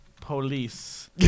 police